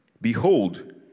Behold